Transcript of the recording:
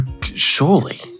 surely